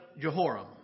Jehoram